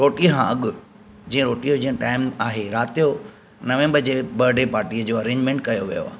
रोटी खां अॻु जीअं रोटीअ जो जीअं टाइम आहे राति जो नवे बजे बर्डे पार्टीअ जो अरेंजमेंट कयो वियो आहे